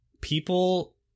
People